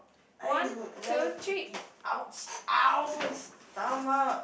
I would love to eat !ouch! !ouch! my stomach